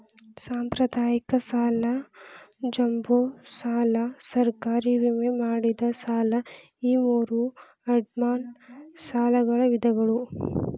ಸಾಂಪ್ರದಾಯಿಕ ಸಾಲ ಜಂಬೋ ಸಾಲ ಸರ್ಕಾರಿ ವಿಮೆ ಮಾಡಿದ ಸಾಲ ಈ ಮೂರೂ ಅಡಮಾನ ಸಾಲಗಳ ವಿಧಗಳ